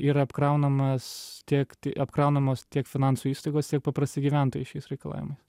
yra apkraunamas tiek apkraunamos tiek finansų įstaigos tiek paprasti gyventojai šiais reikalavimais